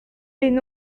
les